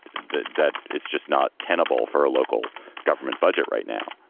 that that it's just not tenable for a local government budget right now.